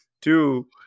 Two